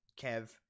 Kev